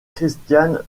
christiane